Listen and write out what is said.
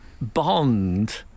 Bond